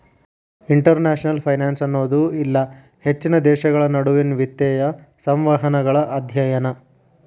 international finance ಅನ್ನೋದು ಇಲ್ಲಾ ಹೆಚ್ಚಿನ ದೇಶಗಳ ನಡುವಿನ್ ವಿತ್ತೇಯ ಸಂವಹನಗಳ ಅಧ್ಯಯನ